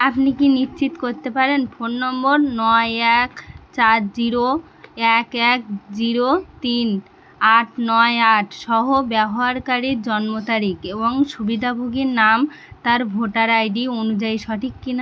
আপনি কি নিশ্চিত করতে পারেন ফোন নম্বর নয় এক চার জিরো এক এক জিরো তিন আট নয় আট সহ ব্যবহারকারীর জন্মতারিখ এবং সুবিধাভোগীর নাম তার ভোটার আইডি অনুযায়ী সঠিক কি না